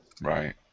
Right